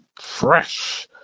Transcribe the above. fresh